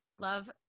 Love